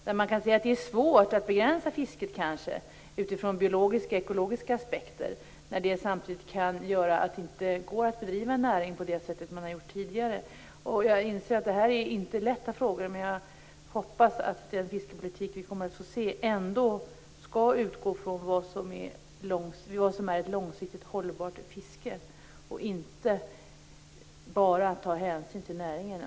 Det kan vara svårt att begränsa fisket utifrån biologiska och ekologiska aspekter när det samtidigt kan göra att det inte går att bedriva en näring på det sätt som man gjort tidigare. Jag inser att det här inte är lätta frågor, men jag hoppas ändå att den fiskepolitik vi kommer att få se utgår från vad som är ett långsiktigt hållbart fiske och inte bara tar hänsyn till näringen.